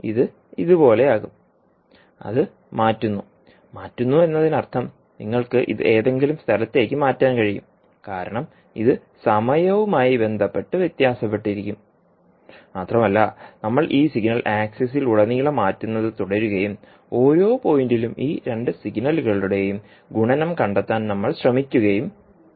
ഇത് ഇതുപോലെയാകും അത് മാറ്റുന്നു മാറ്റുന്നു എന്നതിനർത്ഥം നിങ്ങൾക്ക് ഇത് ഏതെങ്കിലും സ്ഥലത്തേക്ക് മാറ്റാൻ കഴിയും കാരണം ഇത് സമയവുമായി ബന്ധപ്പെട്ട് വ്യത്യാസപ്പെട്ടിരിക്കും മാത്രമല്ല നമ്മൾ ഈ സിഗ്നൽ ആക്സിലുടനീളം മാറ്റുന്നത് തുടരുകയും ഓരോ പോയിന്റിലും ഈ രണ്ടു സിഗ്നലുകളുടെയും ഗുണനം കണ്ടെത്താൻ നമ്മൾ ശ്രമിക്കുകയും ചെയ്യും